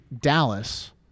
Dallas